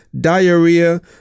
diarrhea